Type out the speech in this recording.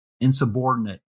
insubordinate